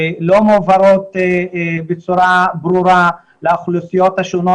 לא מועברות בצורה ברורה לאוכלוסיות השונות,